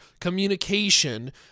communication